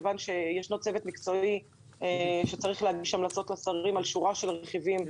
ויש צוות מקצועי שצריך להגיש המלצות לשרים בנוגע לשורה של רכיבים בנושא,